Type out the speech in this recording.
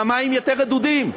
והמים יותר רדודים.